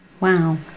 Wow